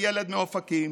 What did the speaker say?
הילד מאופקים,